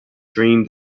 dream